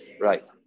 Right